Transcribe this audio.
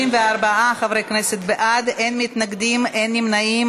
34 חברי כנסת בעד, אין מתנגדים, אין נמנעים.